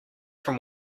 from